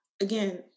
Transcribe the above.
again